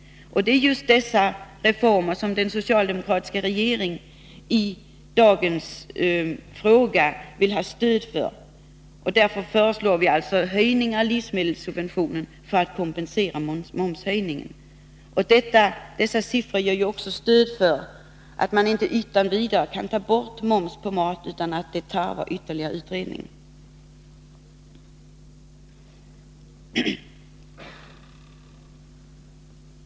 Det är just dessa reformer som den socialdemokratiska regeringen i dagens debatt vill ha stöd för. Och därför föreslår vi nu höjningar av livsmedelssubventioner för att kompensera momshöjningen. Dessa siffror ger också stöd för att man inte utan vidare kan ta bort moms på mat. Detta tarvar ytterligare utredning.